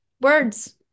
words